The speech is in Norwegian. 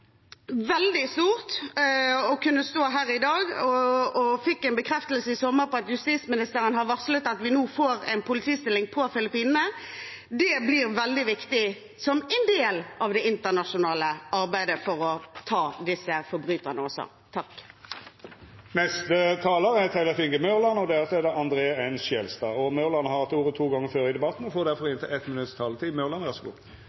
veldig stort å kunne stå her i dag og si at vi fikk en bekreftelse i sommer på at justisministeren har varslet at vi får en politistilling på Filippinene. Det blir veldig viktig som en del av det internasjonale arbeidet for å ta disse forbryterne. Representanten Tellef Inge Mørland har hatt ordet to gonger tidlegare i debatten og får